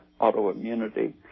autoimmunity